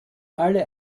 alle